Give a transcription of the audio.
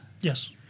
Yes